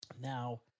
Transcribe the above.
Now